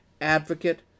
Advocate